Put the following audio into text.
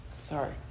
Sorry